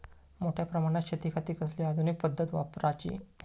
मोठ्या प्रमानात शेतिखाती कसली आधूनिक पद्धत वापराची?